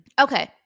Okay